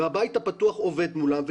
והבית הפתוח עובד מולם.